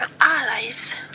allies